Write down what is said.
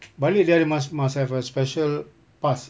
balik dia ada must must have a special pass